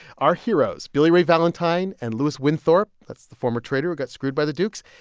our heroes, billy ray valentine, and louis winthorpe, that's the former trader who got screwed by the dukes,